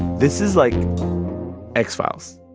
this is like x-files.